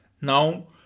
now